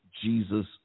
Jesus